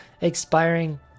expiring